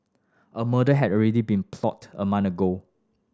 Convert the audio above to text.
a murder had already been plotted a month ago